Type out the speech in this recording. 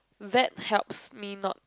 that helps me not